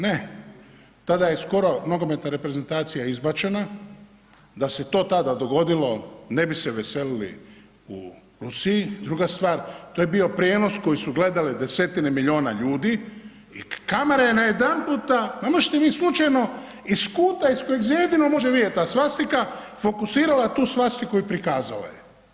Ne, tada je skoro nogometna reprezentacija izbačena, da se to tada dogodilo ne bi se veselili u Rusiji, druga stvar to je bio prijenos koji su gledale desetine miliona ljudi i kamera je najedanputa, ma mislit slučajno iz kuta iz kojeg se jedino može vidjet ta svastika, fokusirala tu svastiku i prikazala je.